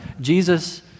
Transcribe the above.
Jesus